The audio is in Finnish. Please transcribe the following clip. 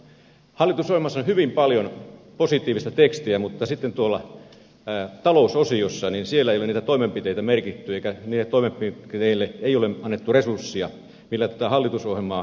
hallitusohjelmassa on hyvin paljon positiivista tekstiä mutta sitten tuolla talousosiossa ei ole niitä toimenpiteitä merkitty eikä niille toimenpiteille ole annettu resursseja millä tätä hallitusohjelmaa muutettaisiin lihaksi